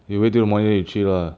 you wait till the morning then you 去啦